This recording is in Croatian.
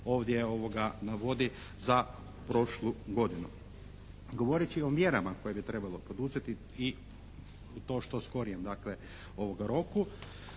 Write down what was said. nam se ovdje navodi za prošlu godinu. Govoreći o mjerama koje bi trebalo poduzeti i u to što skorijem dakle roku,